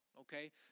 Okay